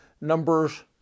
numbers